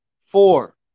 four